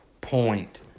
point